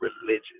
religion